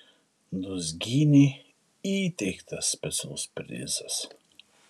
dūzgynei įteiktas specialus prizas